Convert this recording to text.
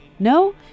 No